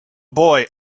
boy